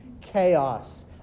Chaos